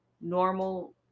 normal